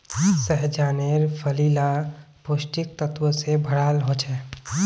सह्जानेर फली ला पौष्टिक तत्वों से भराल होचे